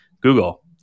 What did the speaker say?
Google